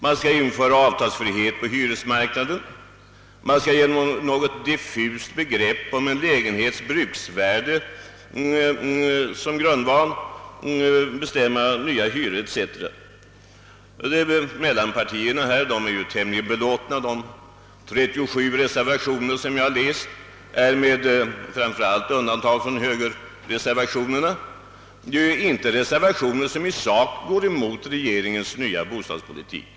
Man skall ju införa avtalsfrihet på hyresmarknaden, och man skall med något diffust begrepp om en lägenhets bruksvärde som grundval bestämma nya hyror etc. Mittenpartierna är tämligen belåtna. De 37 reservationer som jag har läst går — med undantag framför allt för högerreservationerna — inte i sak mot regeringens nya bostadspolitik.